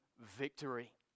victory